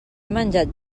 menjat